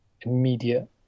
immediate